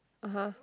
(uh huh)